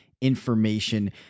information